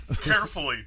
carefully